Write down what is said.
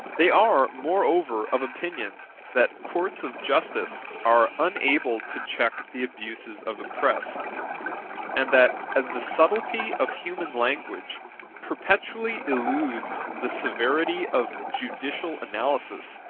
they are moreover of opinion that courts of justice are unable to check the abuses of the press and that as the subtilty of human language perpetually eludes the severity of judicial analysis,